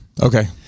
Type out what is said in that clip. Okay